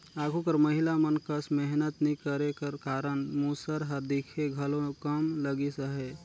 आघु कर महिला मन कस मेहनत नी करे कर कारन मूसर हर दिखे घलो कम लगिस अहे